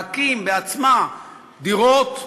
להקים בעצמה דירות,